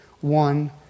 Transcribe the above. One